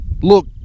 look